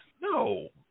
No